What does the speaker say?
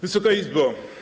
Wysoka Izbo!